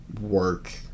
work